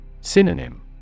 Synonym